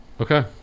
Okay